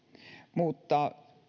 mutta